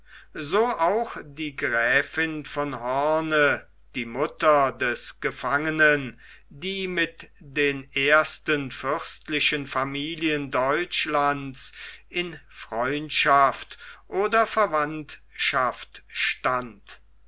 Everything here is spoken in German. so auch die gräfin von hoorn die mutter des gefangenen die mit den ersten fürstlichen familien deutschlands in freundschaft oder verwandtschaft stand